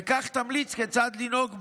וכך תמליץ כיצד לנהוג בו.